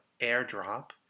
AirDrop